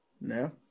No